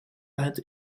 het